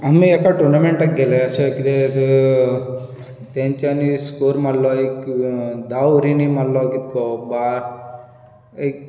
आमी एका टुर्नामेंटाक गेले अशे कितेंक तेंच्यानी स्कोर मारलो एक धा ओवरिंनी मारलो कितको बार एक